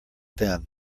then